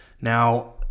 Now